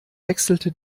wechselte